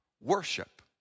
worship